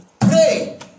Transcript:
pray